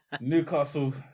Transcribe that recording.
Newcastle